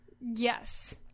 Yes